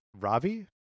Ravi